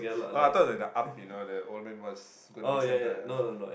oh I thought there was a up you know the old man was gonna be send to a